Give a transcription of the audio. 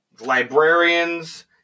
librarians